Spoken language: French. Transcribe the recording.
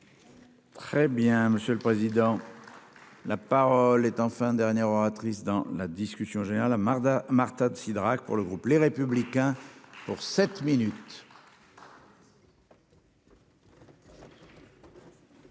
Très bien monsieur le président. La parole est enfin dernière oratrice dans la discussion générale à mardi. Marta de Cidrac pour le groupe Les Républicains. Pour sept minutes. Je